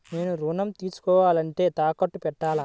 నేను ఋణం తీసుకోవాలంటే తాకట్టు పెట్టాలా?